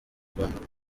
rwanda